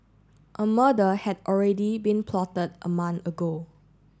a murder had already been plotted a month ago